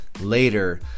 later